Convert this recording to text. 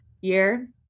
year